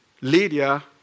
Lydia